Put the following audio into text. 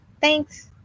thanks